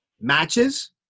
matches